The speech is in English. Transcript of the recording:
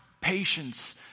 patience